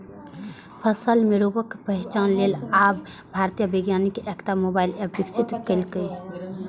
फसल मे रोगक पहिचान लेल आब भारतीय वैज्ञानिक एकटा मोबाइल एप विकसित केलकैए